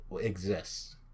exists